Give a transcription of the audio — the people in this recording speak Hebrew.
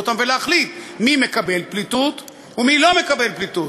אותם ולהחליט מי מקבל פליטות ומי לא מקבל פליטות.